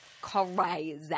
Crazy